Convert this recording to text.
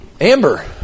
Amber